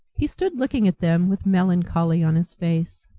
he stood looking at them with melancholy on his face.